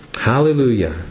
Hallelujah